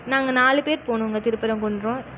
நாங்கள் நாலு பேர் போனுங்க திருப்பரங்குன்றம்